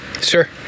sure